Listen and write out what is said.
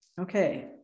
okay